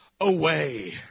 away